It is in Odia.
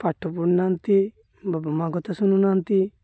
ପାଠ ପଢ଼ୁ ନାହାନ୍ତି ବାପା ମାଆ ଶୁଣୁ ନାହାନ୍ତି